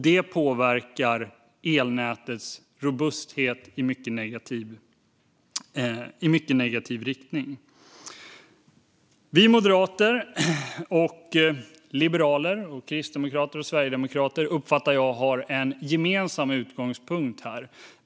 Det påverkar elnätets robusthet i en mycket negativ riktning. Vi moderater samt liberaler, kristdemokrater och sverigedemokrater uppfattar jag har en gemensam utgångspunkt här.